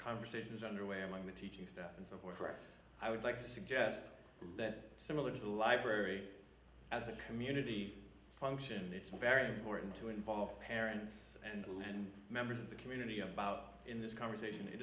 conversations underway among the teaching staff and so forth i would like to suggest that similar to the library as a community function it's very important to involve parents and women members of the community about in this conversation it